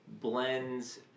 blends